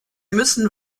müssen